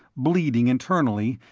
bleeding internally,